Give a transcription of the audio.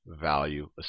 Value